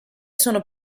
sono